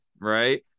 right